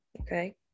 Okay